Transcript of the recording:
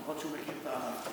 ההטלה, למרות שהוא מכיר את הענף.